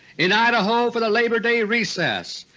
in idaho for the labor day recess,